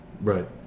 Right